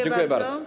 Dziękuję bardzo.